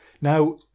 now